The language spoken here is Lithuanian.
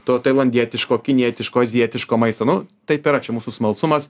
to tailandietiško kinietiško azijietiško maisto nu taip yra čia mūsų smalsumas